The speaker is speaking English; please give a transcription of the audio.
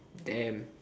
damn